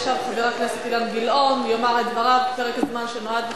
עכשיו חבר הכנסת אילן גילאון יאמר את דבריו בפרק הזמן שנועד לכך,